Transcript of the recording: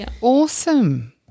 Awesome